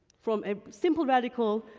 from a simple radical